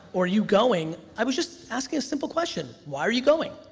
or you going, i was just asking a simple question, why are you going?